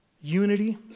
Unity